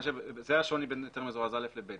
זה השוני בין היתר מזורז א' ל-ב'.